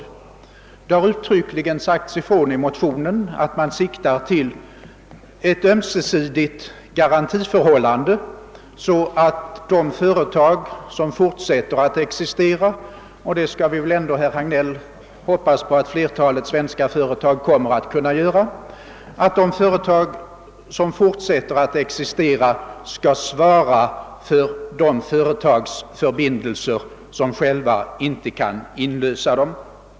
I motionen har uttryckligen sagts ifrån, att man siktar till ett ömsesidigt garantiförhållande, d.v.s. att de företag som fortsätter att existera — och det skall vi väl ändå, herr Hagnell, hoppas att flertalet svenska företag kommer att kunna göra — skall svara för förbindelser utfärdade av företag som inte själva kan infria dem.